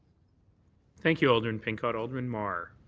thank you, alderman pincott. alderman mar?